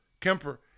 kemper